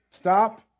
Stop